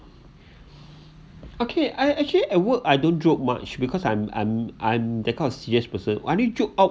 okay I actually at work I don't joke much because I'm I'm I'm that kind of serious person I only joke out